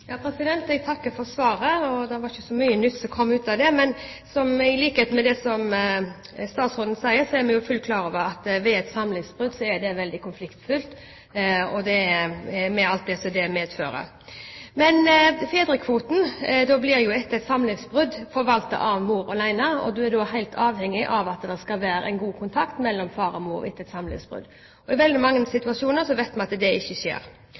Jeg takker for svaret. Det var ikke så mye nytt som kom ut av det. I likhet med statsråden er vi fullt klar over at et samlivsbrudd er veldig konfliktfylt, med alt det medfører. Fedrekvoten blir etter et samlivsbrudd forvaltet av mor alene, og man er da helt avhengig av at det er en god kontakt mellom far og mor etter et samlivsbrudd. I veldig mange situasjoner vet vi at det ikke